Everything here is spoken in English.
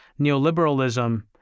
neoliberalism